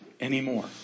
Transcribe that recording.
anymore